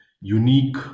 unique